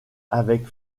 avec